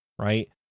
Right